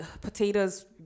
potatoes